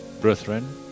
brethren